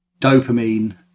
dopamine